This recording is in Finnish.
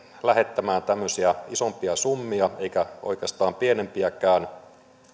lähettämään isompia summia eikä oikeastaan pienempiäkään